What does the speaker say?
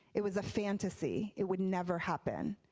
it was a fantasy. it would never happen.